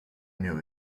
knew